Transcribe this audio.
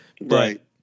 Right